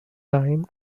time